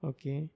Okay